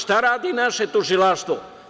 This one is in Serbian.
Šta radi naše tužilaštvo?